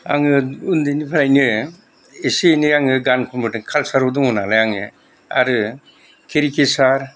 आङो उन्दैनिफ्रायनो एसे एनै आङो गान खनबोदों कालचाराव दङनालाय आङो आरो केरिकेचार